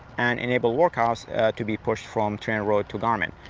and enable workouts to be pushed from trainerroad to garmin.